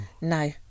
no